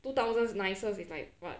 two thousand nicest is like what